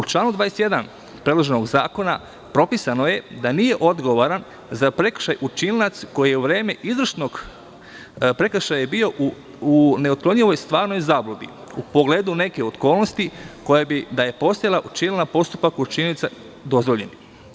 U članu 21. predloženog zakona propisano je da nije odgovoran za prekršaj učinilac koji je u vreme izvršenog prekršaja bio u neotklonjivoj stvarnoj zabludi u pogledu neke okolnosti koja bi da je postojala učinila postupak učinioca dozvoljenim.